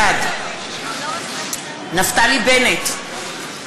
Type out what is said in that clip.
בעד נפתלי בנט,